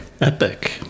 Epic